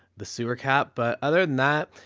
the sewer cap. but other than that,